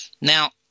Now